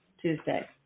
Tuesday